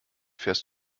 fährst